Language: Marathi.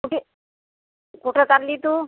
कुठे कुठं चालली तू